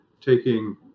taking